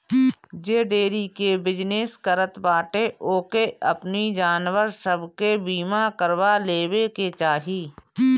जे डेयरी के बिजनेस करत बाटे ओके अपनी जानवर सब के बीमा करवा लेवे के चाही